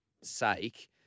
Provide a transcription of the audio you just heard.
sake